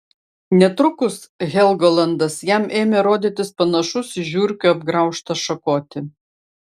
netrukus helgolandas jam ėmė rodytis panašus į žiurkių apgraužtą šakotį